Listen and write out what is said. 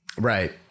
Right